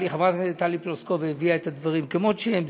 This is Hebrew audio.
חברת הכנסת טלי פלוסקוב הביאה את הדברים כמות שהם,